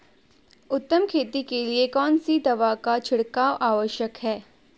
उत्तम खेती के लिए कौन सी दवा का छिड़काव आवश्यक है?